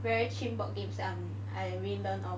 very cheap board games that um I really learn of